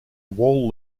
wall